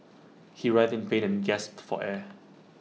he writhed in pain and gasped for air